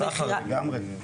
סחר, לגמרי.